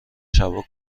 شبا